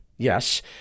Yes